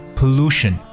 pollution